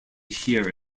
hear